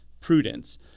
prudence